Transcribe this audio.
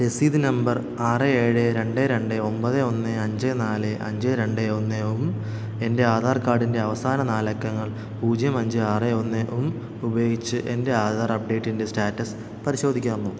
രസീത് നമ്പർ ആറ് ഏഴ് രണ്ട് രണ്ട് ഒമ്പത് ഒന്ന് അഞ്ച് നാല് അഞ്ച് രണ്ട് ഒന്ന് ഉം എന്റെ ആധാർ കാർഡിന്റെ അവസാന നാലക്കങ്ങൾ പൂജ്യം അഞ്ച് ആറ് ഒന്നും ഉപയോഗിച്ച് എന്റെ ആധാർ അപ്ഡേറ്റിന്റെ സ്റ്റാറ്റസ് പരിശോധിക്കാമോ